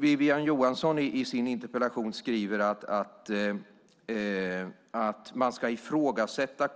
Wiwi-Anne Johansson skriver i sin interpellation att man ska ifrågasätta